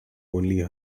only